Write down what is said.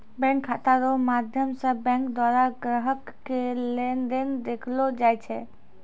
bank खाता रो माध्यम से बैंक द्वारा ग्राहक के लेन देन देखैलो जाय छै